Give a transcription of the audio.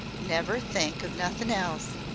never think of nothin else,